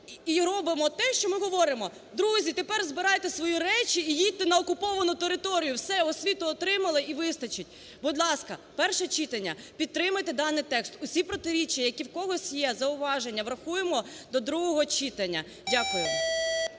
і робимо те, що ми говоримо: "Друзі, тепер збирайте свої речі і їдьте на окуповану територію. Все, освіту отримали і вистачить". Будь ласка, перше читання, підтримайте даний текст. Усі протиріччя, які в когось є, зауваження, врахуємо до другого читання. Дякую.